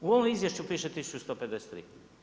U ovom Izvješću piše 1153.